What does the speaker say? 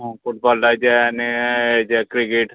आ football टाय आनी हेजे क्रिकेट